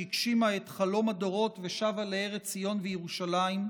שהגשימה את חלום הדורות ושבה לארץ ציון וירושלים.